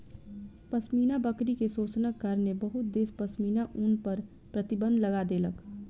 पश्मीना बकरी के शोषणक कारणेँ बहुत देश पश्मीना ऊन पर प्रतिबन्ध लगा देलक